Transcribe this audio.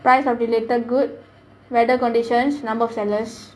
price of the leather good weather conditions number of sellers